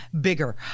bigger